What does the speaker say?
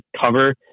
cover